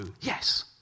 yes